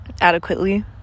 adequately